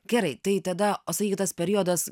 gerai tai tada o sakykit tas periodas